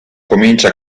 comincia